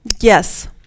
Yes